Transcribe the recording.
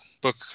book